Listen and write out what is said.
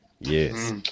Yes